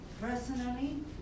personally